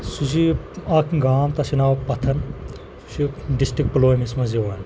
سُہ چھِ یہِ اَکھ گام تَتھ چھِ ناو پَتھَن سُہ چھِ ڈِسٹِک پُلوٲمِس منٛز یِوان